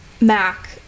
Mac